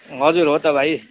हजुर हो त भाइ